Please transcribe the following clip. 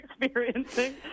experiencing